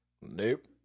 nope